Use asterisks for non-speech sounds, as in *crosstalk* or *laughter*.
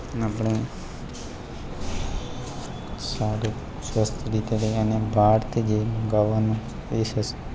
આપણે સારું સ્વાસ્થ્ય રીતે રહીએ અને બહારથી *unintelligible*